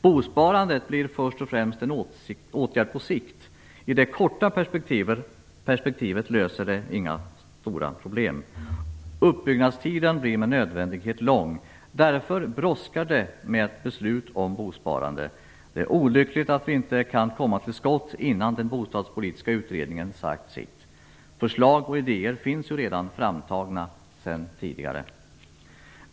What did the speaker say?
Bosparandet blir först och främst en åtgärd på sikt. I det korta perspektivet löser det inga stora problem. Uppbyggnadstiden blir med nödvändighet lång. Därför brådskar det med ett beslut om bosparande. Det är olyckligt att vi inte kan komma till skott innan den bostadspolitiska utredningen har sagt sitt. Förslag och idéer finns redan framtagna sedan tidigare.